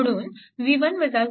म्हणून 2